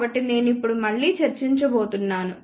కాబట్టి నేను ఇప్పుడు మళ్ళీ చర్చించబోతున్నాను